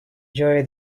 joy